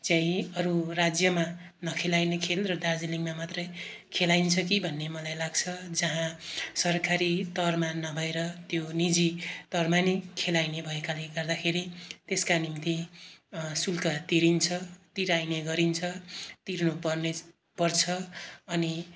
चाहिँ अरू राज्यमा नखेलाइने खेल र दार्जिलिङमा मात्रै खेलाइन्छ कि भन्ने मलाई लाग्छ जहाँ सरकारी तौरमा नभएर त्यो निजी तौरमा नै खेलाइने भएकाले गर्दाखेरि त्यसका निम्ति शुल्क तिरिन्छ तिराइने गरिन्छ तिर्नुपर्ने पर्छ अनि